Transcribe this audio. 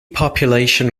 population